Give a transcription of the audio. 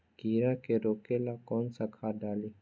कीड़ा के रोक ला कौन सा खाद्य डाली?